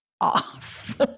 off